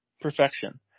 perfection